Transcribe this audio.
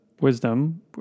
wisdom